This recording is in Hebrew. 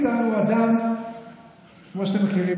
צחי,